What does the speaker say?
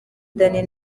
danny